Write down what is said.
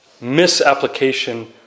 misapplication